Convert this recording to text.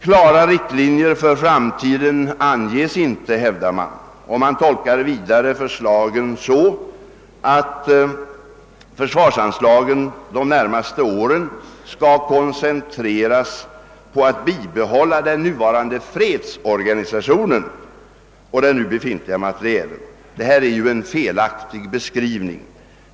»Klara riktlinjer för framtiden anges inte», hävdar man, och man tolkar vidare förslagen så, att »försvarsanslagen de närmaste åren skall koncentreras på att bibehålla den nuvarande fredsorganisationen och den nu befintliga materielen». Detta är en felaktig beskrivning.